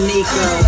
Nico